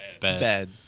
Bad